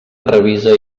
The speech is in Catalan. revisa